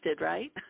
right